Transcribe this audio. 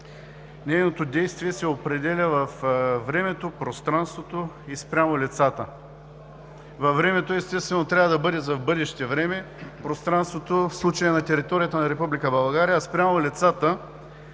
нейното действие, се определя във времето, пространството и спрямо лицата. Във времето, естествено, трябва да бъде за бъдеще време, в пространството – в случая на територията на Република